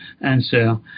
answer